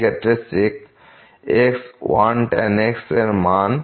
এক্ষেত্রে sec x 1 tan x এর মান হবে 0